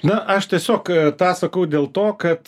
na aš tiesiog tą sakau dėl to kad